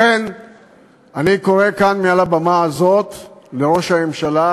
לכן אני קורא כאן מעל הבמה הזאת לראש הממשלה,